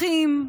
אחים,